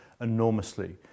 enormously